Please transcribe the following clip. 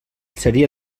seria